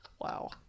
Wow